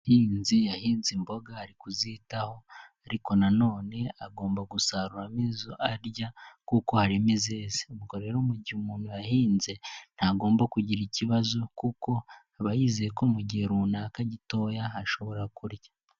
Umuhinzi yahinze imboga ari kuzitaho ariko na nonene agomba gusaruramo izo arya kuko harimo izeze, ubwo rero mu gihe umuntu yahinze ntagomba kugira ikibazo kuko aba yizeye ko mu gihe runaka gitoya ashobora kurya.